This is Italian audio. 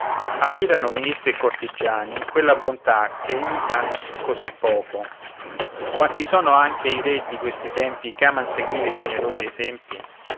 ammirano ministri e cortigiani quella bontà che imitan così poco quanti sono anche i re di questi tempi ch'aman seguire i generosi esempi